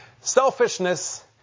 Selfishness